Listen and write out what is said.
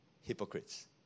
hypocrites